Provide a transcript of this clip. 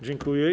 Dziękuję.